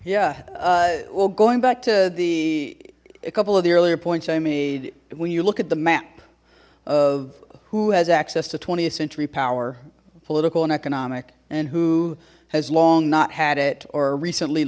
well going back to the a couple of the earlier points i made when you look at the map of who has access to twentieth century power political and economic and who has long not had it or a recently